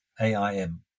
AIM